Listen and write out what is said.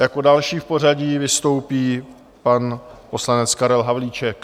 Jako další v pořadí vystoupí pan poslanec Karel Havlíček.